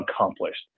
accomplished